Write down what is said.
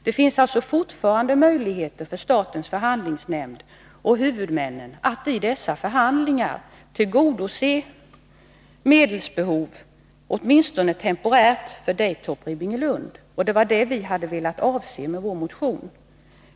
Det finns alltså fortfarande möjligheter för statens förhandlingsnämnd och huvudmännen att i dessa förhandlingar, åtminstone temporärt, tillgodose medelsbehoven för Daytop Ribbingelund. Det var det som vi ville åstadkomma med vår motion.